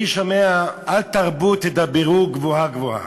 אני שומע: אל תרבו תדברו גבוהה גבוהה.